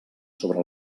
sobre